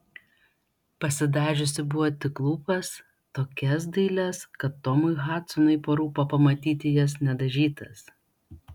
pasidažiusi buvo tik lūpas tokias dailias kad tomui hadsonui parūpo pamatyti jas nedažytas